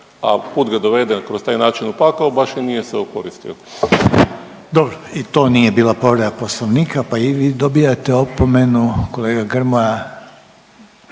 a put ga dovede kroz taj način u pakao baš i nije se okoristio. **Reiner, Željko (HDZ)** Dobro i to nije bila povreda Poslovnika, pa i vi dobijate opomenu. Kolega Grmoja